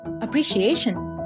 appreciation